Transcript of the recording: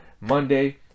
Monday